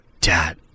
Dad